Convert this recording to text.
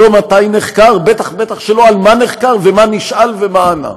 לא מתי נחקר ובטח ובטח שלא על מה נחקר ומה נשאל ומה ענה.